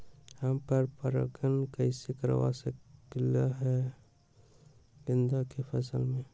हम पर पारगन कैसे करवा सकली ह गेंदा के फसल में?